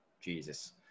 Jesus